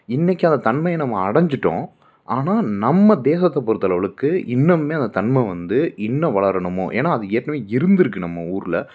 இன்றைக்கு அந்த தன்மையை நம்ம அடைஞ்சிட்டோம் ஆனால் நம்ம தேசத்தை பொறுத்த அளவுலவுக்கு இன்னுமே அந்த தன்மை வந்து இன்னும் வளரணுமோ ஏன்னா அது ஏற்கனவே இருந்திருக்கு நம்ம ஊரில்